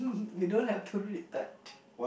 you don't have to read that